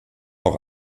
auch